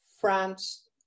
france